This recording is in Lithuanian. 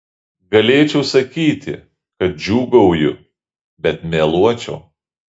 galėčiau sakyti kad džiūgauju bet meluočiau